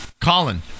Colin